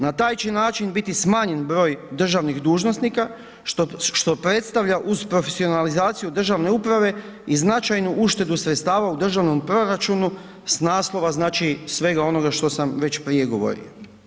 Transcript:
Na taj će način biti smanjen broj državnih dužnosnika što predstavlja uz profesionalizaciju državne uprave i značajnu uštedu sredstava u državnom proračunu sa naslova znači svega onoga što sam već prije govorio.